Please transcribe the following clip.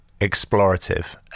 explorative